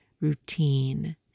routine